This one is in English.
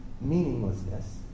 meaninglessness